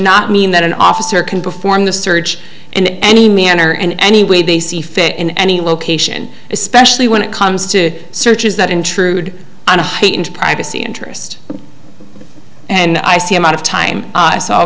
not mean that an officer can perform the search in any manner in any way they see fit in any location especially when it comes to searches that intrude on a heightened privacy interest and i see i'm out of time